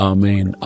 Amen